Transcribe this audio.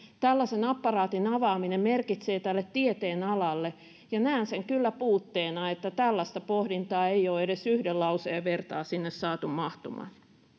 tällaisen apparaatin avaaminen merkitsee tälle tieteenalalle näen sen kyllä puutteena että tällaista pohdintaa ei ole edes yhden lauseen vertaa sinne saatu mahtumaan